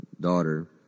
daughter